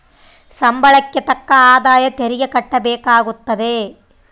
ಸಂಬಳಕ್ಕೆ ತಕ್ಕ ಆದಾಯ ತೆರಿಗೆ ಕಟ್ಟಬೇಕಾಗುತ್ತದೆ